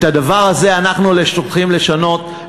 את הדבר הזה אנחנו הולכים לשנות,